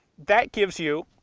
that gives you,